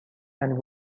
and